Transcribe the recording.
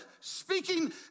speaking